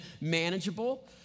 manageable